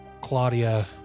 Claudia